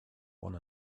one